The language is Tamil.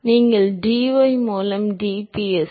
எனவே நீங்கள் dy மூலம் dpsi